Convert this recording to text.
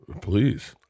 Please